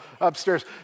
upstairs